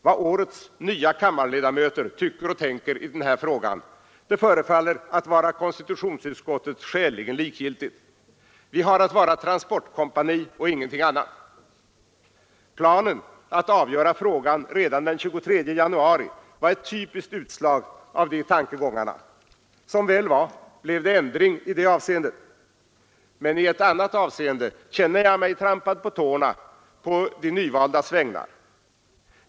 Vad årets nya kammarledamöter tycker och tänker i den här frågan förefaller att vara konstitutionsutskottet skäligen likgiltigt. Vi har att vara transportkompani och ingenting annat. Planen att avgöra frågan redan den 23 januari var ett typiskt utslag av de tankegångarna. Som väl var blev det ändring i det avseendet, men i ett annat avseende känner jag mig trampad på tårna å de nyvaldas vägnar.